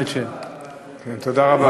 תודה רבה.